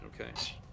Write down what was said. Okay